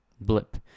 blip